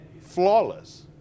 flawless